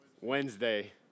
Wednesday